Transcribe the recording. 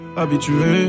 habitué